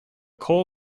coal